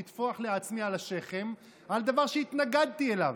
לטפוח לעצמי על השכם על דבר שהתנגדתי אליו,